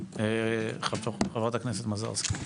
חברת הכנסת מזרסקי.